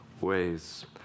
ways